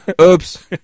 Oops